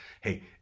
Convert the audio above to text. hey